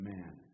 Man